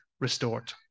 restored